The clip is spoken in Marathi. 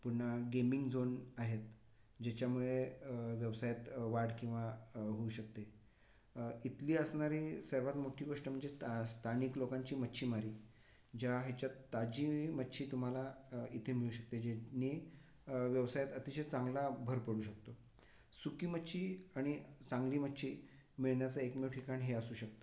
पुन्हा गेमिंग झोन आहेत ज्याच्यामुळे व्यवसायात वाढ किंवा होऊ शकते इथली असणारी सर्वात मोठी गोष्ट म्हणजे स्था स्थानिक लोकांची मच्छीमारी ज्या ह्याच्यात ताजी मच्छी तुम्हांला इथे मिळू शकते ज्यांनी व्यवसायात अतिशय चांगला भर पडू शकतो सुकी मच्छी आणि चांगली मच्छी मिळण्याचं एकमेव ठिकाण हे असू शकतं